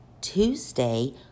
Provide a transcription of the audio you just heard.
Tuesday